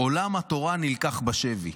עולם התורה נלקח בשבי".